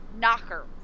Knocker